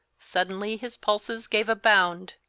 suddenly his pulses gave a bound.